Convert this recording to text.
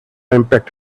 impact